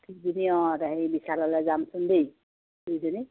অঁ হেৰি বিশাললৈ যামচোন দেই দুইজনী